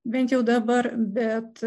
bent jau dabar bet